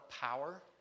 power